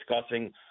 discussing